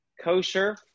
kosher